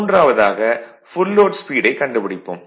மூன்றாவதாக full load ஸ்பீடைக் கண்டுபிடிப்போம்